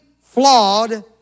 flawed